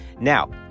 Now